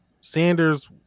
Sanders